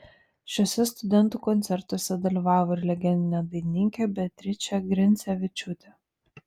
šiuose studentų koncertuose dalyvavo ir legendinė dainininkė beatričė grincevičiūtė